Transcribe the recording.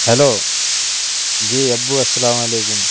hello جی ابو السلام علیکم